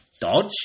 Dodge